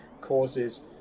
causes